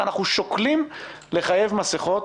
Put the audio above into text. שוקלים לחייב מסיכות,